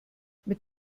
mit